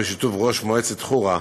בשיתוף ראש מועצת חורה,